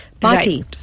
party